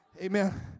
Amen